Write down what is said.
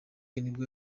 nibwo